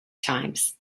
times